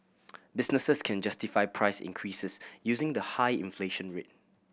businesses can justify price increases using the high inflation rate